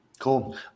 Cool